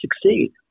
succeed